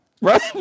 Right